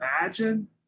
imagine